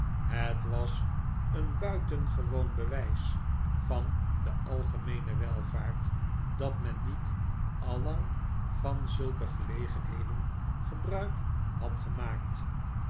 het was een buitengewoon bewijs van de algemeene welvaart dat men niet al lang van zulke gelegenheden gebruik had gemaakt